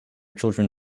children